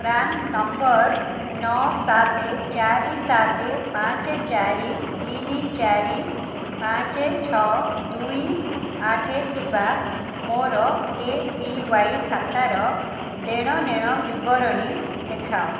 PRAN number ନଅ ସାତେ ଚାରି ସାତେ ପାଞ୍ଚେ ଚାରି ତିନି ଚାରି ପାଞ୍ଚେ ଛଅ ଦୁଇ ଆଠେ ଥିବା ମୋର ଏ ପି ୱାଇ ଖାତାର ଦେଣନେଣ ବିବରଣୀ ଦେଖାଅ